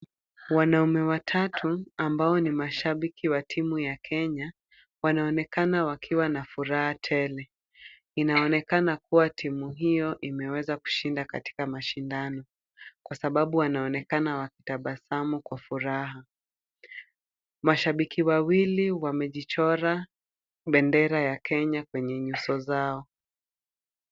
Wanaume watatu ambao ni mashabiki wa timu ya Kenya wanaonekana wakiwa na furaha tele. Inaonekana kuwa timu hiyo imeweza kushinda katika mashindano kwa sababu wanaonekana wakitabasamu kwa furaha. Mashabiki wawili wamejichora bendera ya Kenya kwenye nyuso zao.